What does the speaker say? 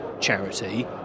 charity